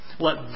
Let